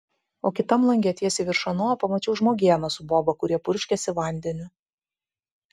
o kitam lange tiesiai virš ano pamačiau žmogėną su boba kurie purškėsi vandeniu